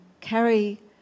carry